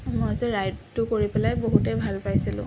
মই যে ৰাইডটো কৰি পেলাই বহুতে ভাল পাইছিলোঁ